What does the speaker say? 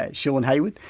ah shaun haywood,